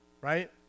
right